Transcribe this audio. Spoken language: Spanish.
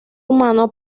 humano